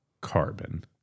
carbon